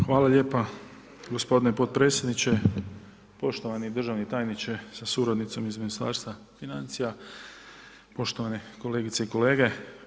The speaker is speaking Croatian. Hvala lijepa, gospodine podpredsjedniče, poštovani državni tajniče sa suradnicom iz Ministarstva financija, poštovane kolegice i kolege.